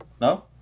No